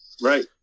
Right